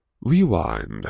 Rewind